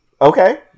okay